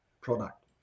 product